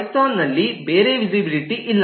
Python ನಲ್ಲಿ ಬೇರೆ visibility ಇಲ್ಲ